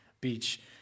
Beach